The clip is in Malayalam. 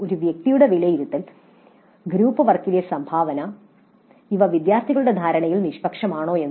ഒരു വ്യക്തിയുടെ വിലയിരുത്തൽ ഗ്രൂപ്പ് വർക്കിലെ സംഭാവന ഇത് വിദ്യാർത്ഥികളുടെ ധാരണയിൽ നിഷ്പക്ഷമാണോ എന്ന്